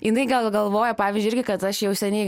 jinai gal galvoja pavyzdžiui irgi kad aš jau seniai